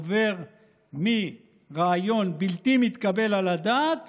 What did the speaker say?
עובר מרעיון בלתי מתקבל על הדעת